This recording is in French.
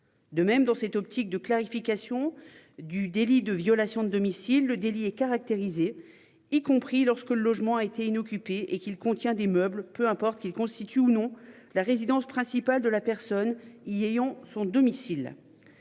De même dans cette optique de clarification. Du délit de violation de domicile. Le délit est caractérisée, y compris lorsque le logement a été inoccupés et qu'il contient des meubles, peu importe qu'il constitue ou non la résidence principale de la personne y ayant son domicile.